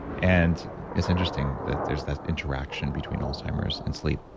and it's interesting that there's that interaction between alzheimer's and sleep